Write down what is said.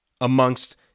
amongst